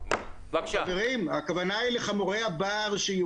חברים, הכוונה היא לחמורי הבר.